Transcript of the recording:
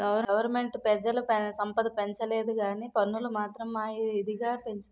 government పెజల సంపద పెంచలేదుకానీ పన్నులు మాత్రం మా ఇదిగా పెంచింది